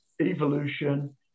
evolution